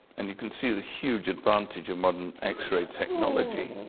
and you can see the huge advantage of modern x-ray technology.